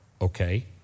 Okay